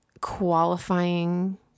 qualifying